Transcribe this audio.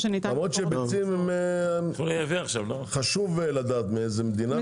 למרות שביצים חשוב לדעת מאיזו מדינה,